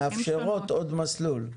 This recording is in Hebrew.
מאפשרות עוד מסלול.